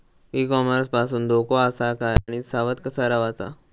E commerce पासून धोको आसा काय आणि सावध कसा रवाचा?